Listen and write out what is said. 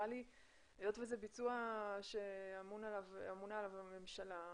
היות שזה ביצוע שאמונה עליו הממשלה,